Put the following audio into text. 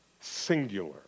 singular